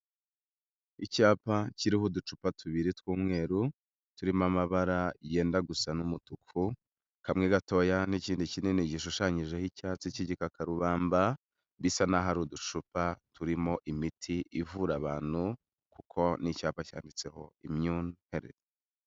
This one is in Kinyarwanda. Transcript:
Icyapa kiriho uducupa tubiri tw'umweru turimo amabara yenda gusa n'umutuku, kamwe gatoya n'ikindi kinini gishushanyijeho icyatsi cy'igikakarubamba, bisa nkaho ari uducupa turimo imiti ivura abantu, kuko ni icyapa cyanmbitseho imyune herifu.